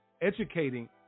educating